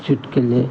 चुटकुले